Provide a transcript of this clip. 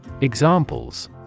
Examples